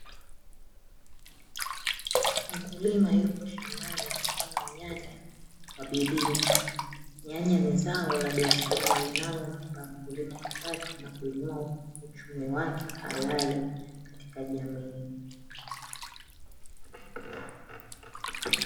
Mkulima yupo shambani akivuna nyanya kwa bidii. Nyanya ni zao la biashara linalompa mkulima kipato na kuinua uchumi wake halali katika jamii.